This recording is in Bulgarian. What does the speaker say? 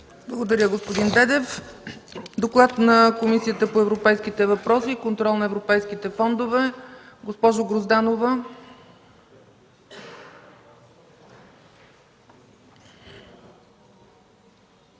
Благодаря, господин Дедев. Доклад на Комисията по европейските въпроси и контрол на европейските фондове. Госпожо Грозданова,